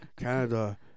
Canada